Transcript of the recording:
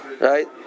right